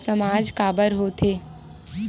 सामाज काबर हो थे?